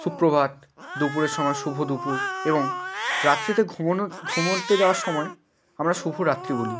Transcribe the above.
সুপ্রভাত দুপুরের সময় শুভ দুপুর এবং রাত্রিতে ঘুমোনো ঘুমোতে যাওয়ার সময় আমরা শুভরাত্রি বলি